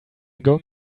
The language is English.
going